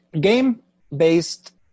game-based